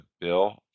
bill